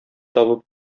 табып